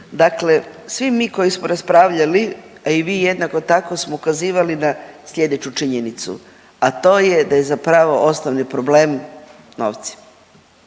dakle svi mi koji smo raspravljali, a i vi jednako tako smo ukazivali na slijedeću činjenicu, a to je da je zapravo osnovni problem novci.